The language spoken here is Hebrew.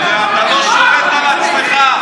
על עצמך.